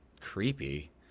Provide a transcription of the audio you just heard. creepy